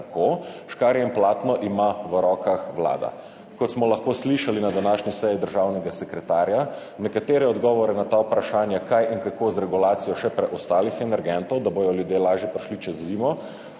Škarje in platno ima v rokah Vlada. Kot smo lahko slišali državnega sekretarja na današnji seji, lahko nekatere odgovore na ta vprašanja, kaj in kako z regulacijo še preostalih energentov, da bodo ljudje lažje prišli čez zimo,